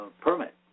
permit